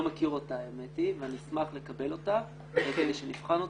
מכיר אותה ואני אשמח לקבל אותה כדי שנבחן אותה.